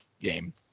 game